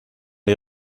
les